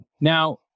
now